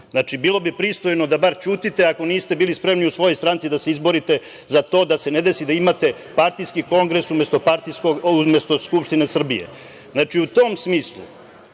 Znači, bilo bi pristojno da bar ćutite ako niste bili spremni u svojoj stranci da se izborite za to da se ne desi da imate partijski kongres umesto Skupštine Srbije.U tom smislu,